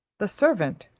the servant,